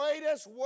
greatest